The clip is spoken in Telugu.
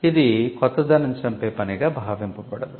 ఇది కొత్తదనం చంపే పనిగా భావింపబడదు